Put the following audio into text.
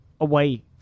away